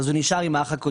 אז הוא נשאר עם האח הקודם.